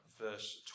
verse